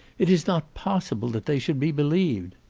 it is not possible that they should be believed.